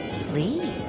Please